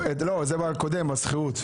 לא, זה בקודם, בשכירות.